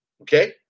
Okay